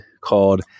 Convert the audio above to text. called